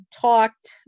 talked